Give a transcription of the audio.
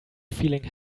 feeling